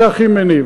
זה הכי מניב.